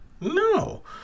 No